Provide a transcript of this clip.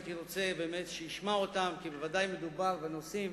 הייתי רוצה שישמע אותם כי בוודאי מדובר בנושאים